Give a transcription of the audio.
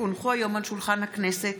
כי הונחו היום על שולחן הכנסת,